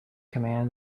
command